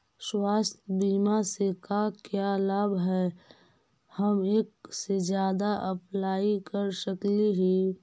स्वास्थ्य बीमा से का क्या लाभ है हम एक से जादा अप्लाई कर सकली ही?